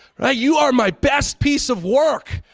ah you are my best piece of work.